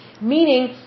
meaning